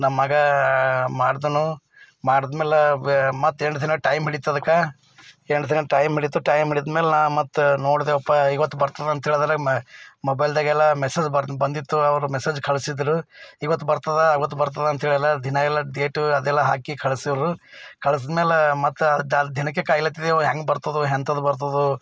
ನಮ್ಮ ಮಗಾ ಮಾಡಿದನು ಮಾಡಿದ್ಮೇಲೆ ಬೆ ಮತ್ತು ಎರಡು ದಿನ ಟೈಮ್ ಹಿಡೀತದ್ಕಾ ಎಂಟು ದಿನ ಟೈಮ್ ಹಿಡೀತು ಟೈಮ್ ಹಿಡಿದು ಮೇಲೆ ನಾನು ಮತ್ತು ನೋಡಿದೇವಪ್ಪಾ ಇವತ್ತು ಬರ್ತದೆ ಅಂತ ಹೇಳಿದ್ರೆ ಮೊಬೈಲ್ದಾಗೆಲ್ಲ ಮೆಸೇಜ್ ಬಂದಿತ್ತು ಅವರು ಮೆಸೇಜ್ ಕಳಿಸಿದ್ರು ಇವತ್ತು ಬರ್ತದೆ ಅವತ್ತು ಬರ್ತದೆ ಅಂತ ಹೇಳಿದ ದಿನ ಎಲ್ಲ ಡೇಟ್ ಅದೆಲ್ಲ ಹಾಕಿ ಕಳಿಸಿರು ಕಳ್ಸಿದ ಮೇಲೆ ಮತ್ತೆ ದಿನಕ್ಕೆ ಕಾಯ್ಲತ್ತಿದ್ದೆವು ಹ್ಯಾಂಗ ಬರ್ತದೋ ಎಂಥದ್ದು ಬರ್ತದೋ